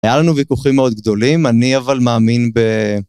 היה לנו ויכוחים מאוד גדולים, אני אבל מאמין ב...